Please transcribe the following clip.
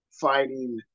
fighting